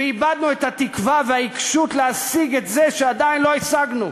ואיבדנו את התקווה והעיקשות להשיג את זה שעדיין לא השגנו.